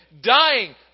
dying